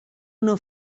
una